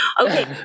Okay